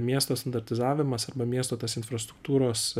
miesto standartizavimas arba miesto tos infrastruktūros